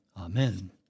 Amen